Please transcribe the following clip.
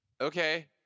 okay